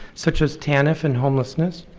such as tanf and homelessness,